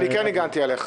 אני כן הגנתי עליך.